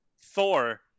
Thor